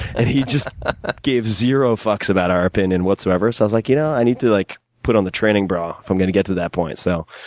and, he just gave zero fucks about our opinion, whatsoever. so, i was just like, you know i need to like put on the training bra. if i'm gonna get to that point. so,